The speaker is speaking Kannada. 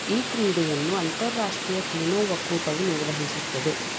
ಈ ಕ್ರೀಡೆಯನ್ನು ಅಂತಾರಾಷ್ಟ್ರೀಯ ಕೆನೊ ಒಕ್ಕೂಟವು ನಿರ್ವಹಿಸುತ್ತದೆ